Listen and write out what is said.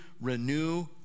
renew